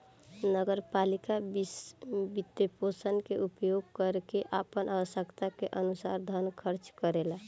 नगर पालिका वित्तपोषण के उपयोग क के आपन आवश्यकता के अनुसार धन खर्च करेला